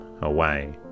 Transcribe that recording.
away